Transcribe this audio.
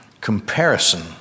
comparison